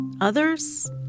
Others